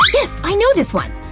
yes, i know this one!